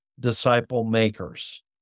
disciple-makers